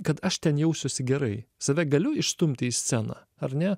kad aš ten jausiuosi gerai save galiu išstumti į sceną ar ne